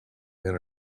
men